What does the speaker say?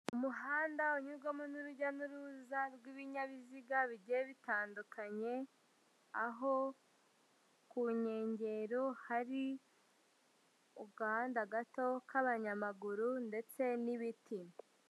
Umuhanda unyurwamo n'urujya n'uruza rw'ibinyabiziga bigiye bitandukanye, aho ku nkengero hari aganda gato k'abanyamaguru ndetse n'ibiti.